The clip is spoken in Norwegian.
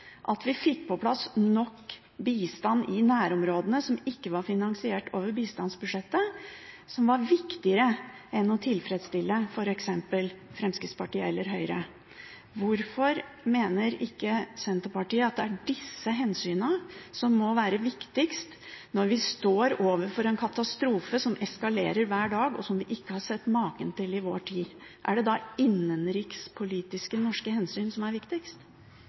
at man fikk på plass nok bistand i nærområdene, som ikke var finansiert over bistandsbudsjettet, som var viktigere enn å tilfredsstille f.eks. Fremskrittspartiet eller Høyre. Hvorfor mener ikke Senterpartiet at det er disse hensynene som må være viktigst når vi står overfor en katastrofe som eskalerer hver dag, og som vi ikke har sett maken til i vår tid? Er det da innenrikspolitiske, norske hensyn som er viktigst?